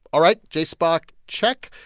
all right. jspoc check.